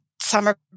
summer